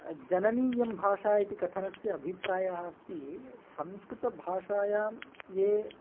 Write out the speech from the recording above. जननीयं भाषा इति कथनस्य अभिप्रायः अस्ति संस्कृतभाषायां ये